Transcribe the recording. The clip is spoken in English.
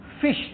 fish